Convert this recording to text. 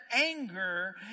anger